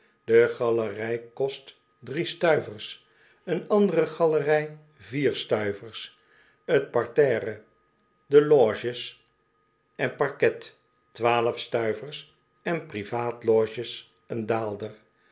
de galerij kost drie stuivers eene andere galerij vier stuivers t parterre de loges en parquet twaalf stuivers en privaatloges een daalder